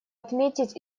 отметить